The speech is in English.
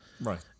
Right